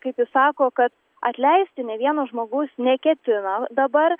kaip jis sako kad atleisti nei vieno žmogus neketina dabar